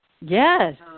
Yes